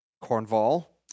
Cornwall